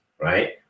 right